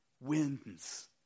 wins